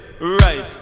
right